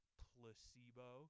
placebo